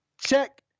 Check